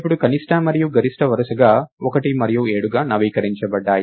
ఇప్పుడు కనిష్ట మరియు గరిష్టం వరుసగా 1 మరియు 7గా నవీకరించబడ్డాయి